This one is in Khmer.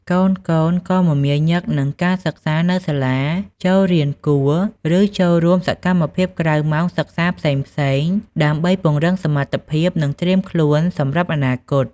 កូនៗ ក៏មមាញឹកនឹងការសិក្សានៅសាលា ចូលរៀនគួរ ឬចូលរួមសកម្មភាពក្រៅម៉ោងសិក្សាផ្សេងៗ ដើម្បីពង្រឹងសមត្ថភាព និងត្រៀមខ្លួនសម្រាប់អនាគត។